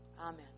Amen